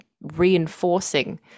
reinforcing